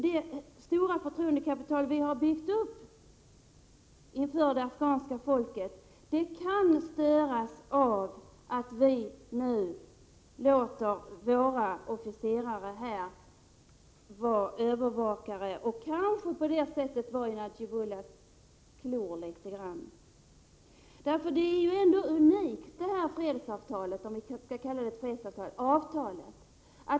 Det stora förtroendekapital som vi har byggt upp hos det afghanska folket kan dock skadas av att vi nu låter våra officerare vara övervakare och kanske på det sättet vara i Najibullahs klor litet grand. Det här fredsavtalet är nämligen unikt — om vi nu skall kalla det för fredsavtal.